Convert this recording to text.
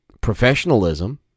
professionalism